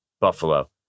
Buffalo